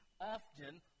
often